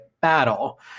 battle